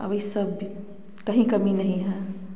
अब ये सब की कहीं कमी नहीं हैं